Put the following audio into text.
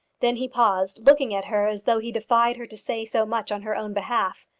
then he paused, looking at her as though he defied her to say so much on her own behalf.